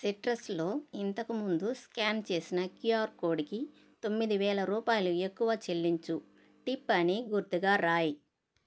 సిట్రస్లో ఇంతకు ముందు స్క్యాన్ చేసిన క్యూఆర్ కోడుకి తొమ్మిది వేల రూపాయలు ఎక్కువ చెల్లించు టిప్ అని గుర్తుగా వ్రాయి